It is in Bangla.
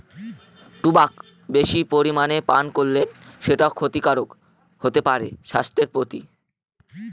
টোবাক বেশি পরিমানে পান করলে সেটা ক্ষতিকারক হতে পারে স্বাস্থ্যের প্রতি